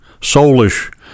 soulish